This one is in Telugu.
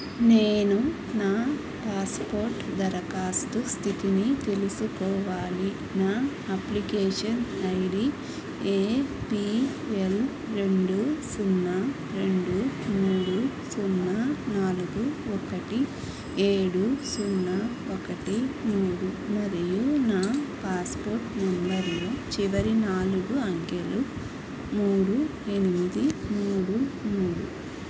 నేను నా పాస్పోర్ట్ దరఖాస్తు స్థితిని తెలుసుకోవాలి నా application ID A P L రెండు సున్నా రెండు మూడు సున్నా నాలుగు ఒకటి ఏడు సున్నా ఒకటి మూడు మరియు నా పాస్పోర్ట్ నంబర్లో చివరి నాలుగు అంకెలు మూడు ఎనిమిది మూడు మూడు